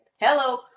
Hello